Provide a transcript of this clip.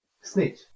Snitch